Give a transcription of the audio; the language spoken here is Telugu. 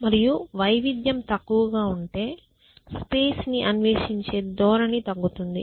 మరియు వైవిధ్యం తక్కువగా ఉంటే స్పేస్ ని అన్వేషించే ధోరణి తగ్గుతుంది